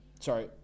Sorry